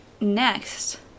Next